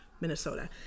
Minnesota